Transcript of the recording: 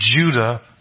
Judah